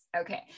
Okay